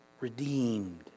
redeemed